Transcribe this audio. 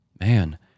Man